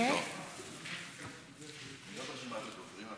אני לא ברשימת הדוברים.